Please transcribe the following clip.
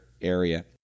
area